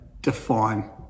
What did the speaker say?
define